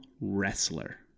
wrestler